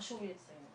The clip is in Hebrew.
חשוב לי לציין.